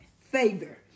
favor